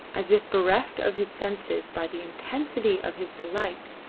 as if bereft of his senses by the intensity of his delight,